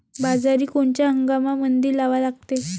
बाजरी कोनच्या हंगामामंदी लावा लागते?